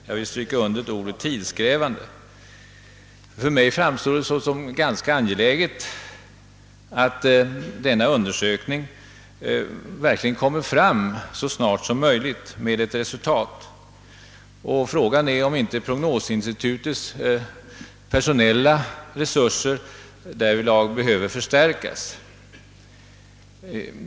För mig framstår det som synnerligen angeläget att resultatet av denna undersökning kommer så snart som möjligt. Frågan är om inte prognosinstitutets personella resurser behöver förstärkas.